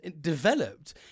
developed